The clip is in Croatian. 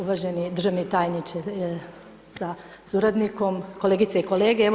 Uvaženi državni tajniče sa suradnikom, kolegice i kolege.